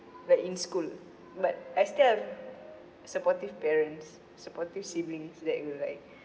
like in school but I still have supportive parents supportive siblings like will like